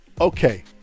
Okay